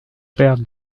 père